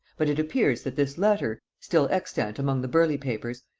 but it appears that this letter, still extant among the burleigh papers,